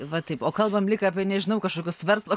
va taip o kalbam lyg apie nežinau kažkokius verslo